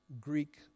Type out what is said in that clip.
Greek